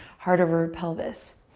heart over pelvis.